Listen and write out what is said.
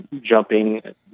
jumping